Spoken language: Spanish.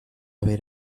ver